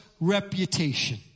reputation